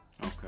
Okay